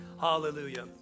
Hallelujah